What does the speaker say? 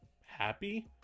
happy